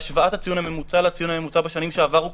השוואת הציון הממוצע לציון הממוצע בשנים שעברו,